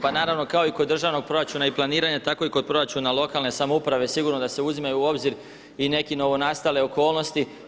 Pa naravno kao i kod državnog proračuna i planiranja tako i kod proračuna lokalne samouprave sigurno da se uzimaju u obzir i neke novonastala okolnosti.